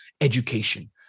education